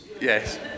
Yes